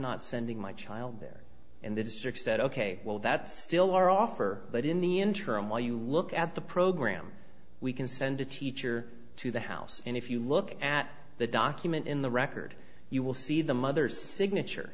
not sending my child there in the district said ok well that's still our offer but in the interim while you look at the program we can send a teacher to the house and if you look at the document in the record you will see the mother's signature